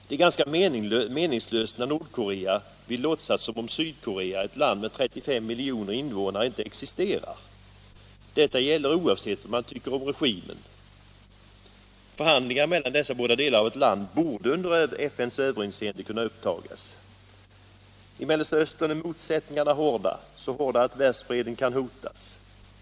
Det är meningslöst när Nordkorea vill låtsas som om Sydkorea, ett land med 35 miljoner innevånare, inte existerar. Detta gäller oavsett vad man nu tycker om regimen. Förhandlingar mellan dessa båda delar av ett land borde under FN:s överinseende kunna upptagas. I Mellersta Östern är motsättningarna hårda, så hårda att världsfreden kan hotas.